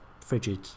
frigid